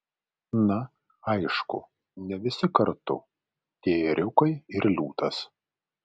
na aišku ne visi kartu tie ėriukai ir liūtas